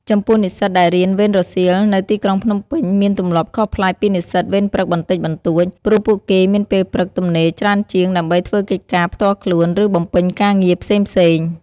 ចំំពោះនិស្សិតដែលរៀនវេនរសៀលនៅទីក្រុងភ្នំពេញ មានទម្លាប់ខុសប្លែកពីនិស្សិតវេនព្រឹកបន្តិចបន្តួច ព្រោះពួកគេមានពេលព្រឹកទំនេរច្រើនជាងដើម្បីធ្វើកិច្ចការផ្ទាល់ខ្លួន ឬបំពេញការងារផ្សេងៗ។